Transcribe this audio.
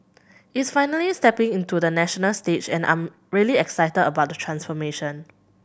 it's finally stepping into the national stage and I'm really excited about the transformation